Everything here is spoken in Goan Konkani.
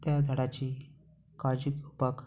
त्या झाडाची काळजी घेवपाक